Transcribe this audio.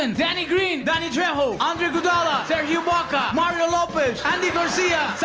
and danny green! danny trejo! andre iguodala! serge ibaka! mario lopez! andy garcia!